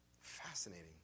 Fascinating